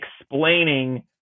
explaining